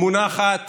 היא מונחת